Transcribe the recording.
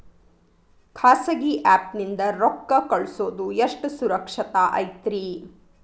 ಖಾಸಗಿ ಆ್ಯಪ್ ನಿಂದ ರೊಕ್ಕ ಕಳ್ಸೋದು ಎಷ್ಟ ಸುರಕ್ಷತಾ ಐತ್ರಿ?